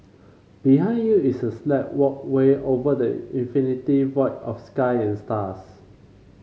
behind you is a sleek walkway over the infinite void of sky and stars